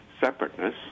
separateness